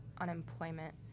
unemployment